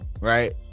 Right